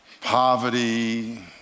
poverty